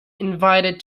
invited